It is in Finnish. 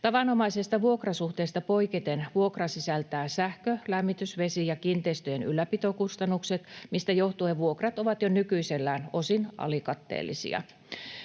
Tavanomaisesta vuokrasuhteesta poiketen vuokra sisältää sähkö-, lämmitys-, vesi- ja kiinteistöjen ylläpitokustannukset, mistä johtuen vuokrat ovat jo nykyisellään osin alikatteellisia.